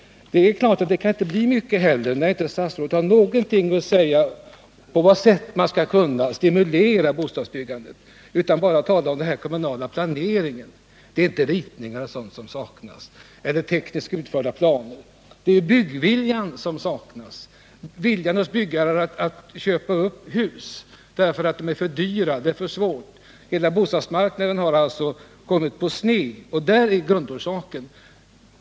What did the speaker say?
Det är klart att det inte kan bli mycket när statsrådet inte har någonting att säga om på vilket sätt man skall kunna stimulera bostadsbyggandet utan bara talar om den kommunala planeringen. Det är inte ritningar eller tekniskt utförda planer som saknas. Det är byggviljan som saknas, viljan att köpa upp hus därför att de är för dyra och det är för svårt. Hela bostadsmarknaden har alltså kommit på sned, och det är grundorsaken.